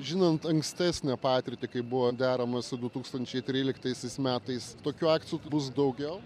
žinant ankstesnę patirtį kaip buvo deramasi du tūkstančiai tryliktaisiais metais tokių akcijų bus daugiau